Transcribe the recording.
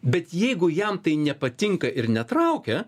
bet jeigu jam tai nepatinka ir netraukia